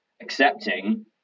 accepting